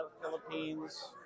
Philippines